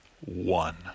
one